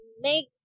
make